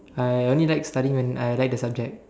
I only like studying when I like the subject